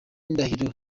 ndahiro